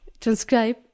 transcribe